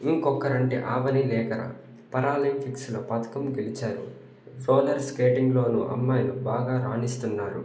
ఇంకొకరు అంటే అవని లేఖరా పారాలింపిక్లో పథకం గెలిచారు సోలర్ స్కేటింగ్లో అమ్మాయిలు బాగా రాణిస్తున్నారు